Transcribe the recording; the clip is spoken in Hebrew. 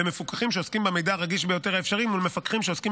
ומפוקחים שעוסקים במידע הרגיש ביותר האפשרי מול מפוקחים שעוסקים